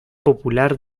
popular